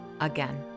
again